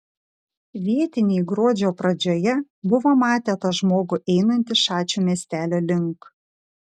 vietiniai gruodžio pradžioje buvo matę tą žmogų einantį šačių miestelio link